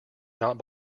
not